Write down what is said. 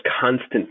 constant